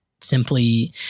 simply